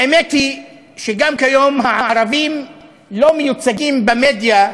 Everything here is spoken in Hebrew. האמת היא שגם כיום הערבים לא מיוצגים במדיה,